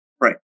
Right